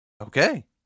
Okay